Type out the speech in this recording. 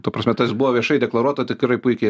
ta prasme tas buvo viešai deklaruota tikrai puikiai